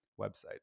websites